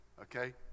okay